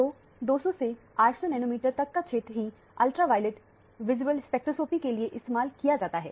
तो 200 से 800 नैनोमीटरतक का क्षेत्र ही अल्ट्रावॉयलेट विजिबल स्पेक्ट्रोस्कोपी के लिए इस्तेमाल किया जाता है